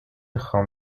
خام